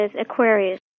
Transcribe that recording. Aquarius